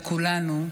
את כולנו,